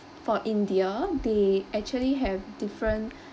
for india they actually have different